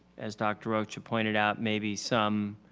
as dr. rocha pointed out, maybe some